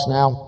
now